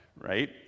right